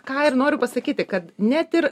ką ir noriu pasakyti kad net ir